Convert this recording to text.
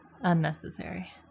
Unnecessary